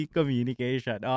Communication